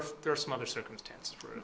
are there are some other circumstances